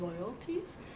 royalties